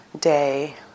day